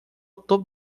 topo